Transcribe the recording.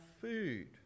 food